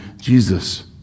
Jesus